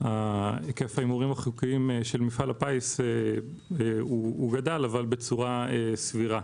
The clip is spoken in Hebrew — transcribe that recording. היקף ההימורים החוקיים גדל, אבל בצורה סבירה.